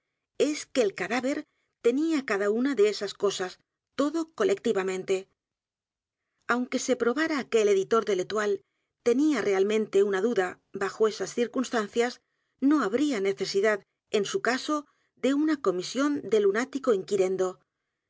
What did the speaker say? es que el cadáver tenía cada una de esas cosas todo colectivamente aunque se p r o b a r a que el editor de l'etoile tenía realmente una duda bajo esas circunstancias no habría necesidad en su caso de una comisión de lunático inquirendo